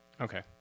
Okay